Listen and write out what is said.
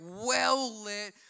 well-lit